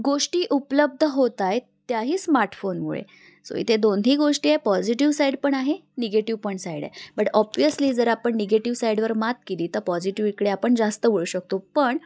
गोष्टी उपलब्ध होत आहे त्याही स्मार्टफोनमुळे सो इथे दोन्ही गोष्टी आहे पॉझिटिव्ह साईड पण आहे निगेटिव पण साईड आहे बट ऑब्वियसली जर आपण निगेटिव्ह साईडवर मात केली तर पॉझिटिव्ह इकडे आपण जास्त वळू शकतो पण